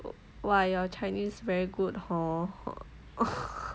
oh why your chinese very good hor